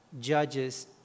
judges